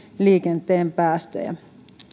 liikenteen päästöjä